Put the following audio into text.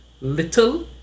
little